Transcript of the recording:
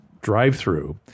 drive-through